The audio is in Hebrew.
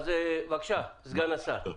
אז בבקשה, סגן השר.